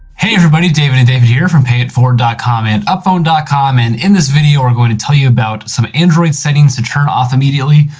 hey, everybody. david and david here from payetteforward dot com and upphone com, and in this video we're going to tell you about some android settings to turn off immediately.